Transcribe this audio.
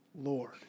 Lord